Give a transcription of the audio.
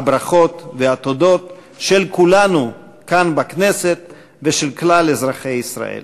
הברכות והתודות של כולנו כאן בכנסת ושל כלל אזרחי ישראל.